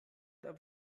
aber